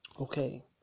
okay